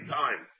time